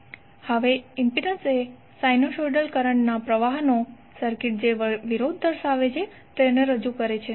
હવે ઇમ્પિડન્સ એ સાઇનોસોઇડલ કરંટના પ્રવાહનો સર્કિટ જે વિરોધ દર્શાવે છે તેને રજૂ કરે છે